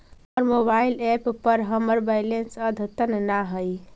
हमर mobile app पर हमर बैलेंस अद्यतन ना हई